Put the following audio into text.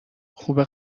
خوبه